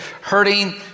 hurting